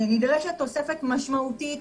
נדרשת תוספת משמעותית